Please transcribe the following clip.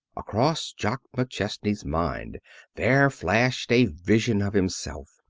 across jock mcchesney's mind there flashed a vision of himself,